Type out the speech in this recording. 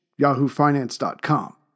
yahoofinance.com